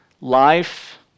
Life